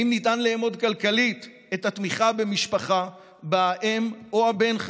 האם ניתן לאמוד כלכלית את התמיכה במשפחה שבה האם או הבן,